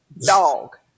dog